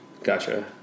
Gotcha